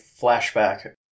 flashback